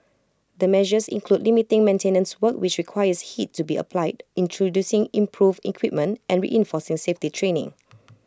the measures include limiting maintenance work which requires heat to be applied introducing improved equipment and reinforcing safety training